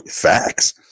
Facts